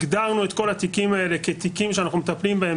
הגדרנו את כל התיקים האלה כתיקים שאנחנו מטפלים בהם